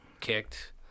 kicked